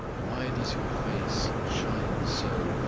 why does your face shine so,